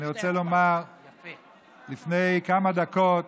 אני רוצה לומר שלפני כמה דקות